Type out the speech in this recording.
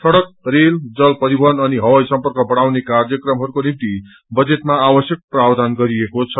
सड़क रेल जल परिवहन अनि हवाई सर्म्पक बढ़ाउने कार्यक्रमहरूको निम्ति बेटमा आवश्यक प्रावधान गरिएको छ